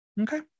Okay